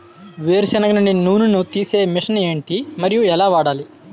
వేరు సెనగ నుండి నూనె నీ తీసే మెషిన్ ఏంటి? మరియు ఎలా వాడాలి?